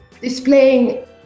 displaying